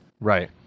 Right